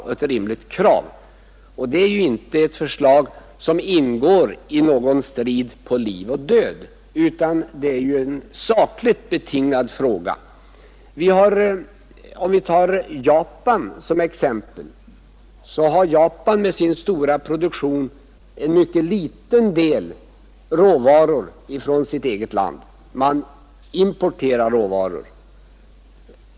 Detta är ju inte ett förslag som ingår i någon ”strid på liv och död” utan det är sakligt betingat. Vi kan ta Japan som exempel. Detta land med sin stora produktion har mycket litet råvaror. Man importerar råvaror.